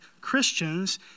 christians